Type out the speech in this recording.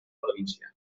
província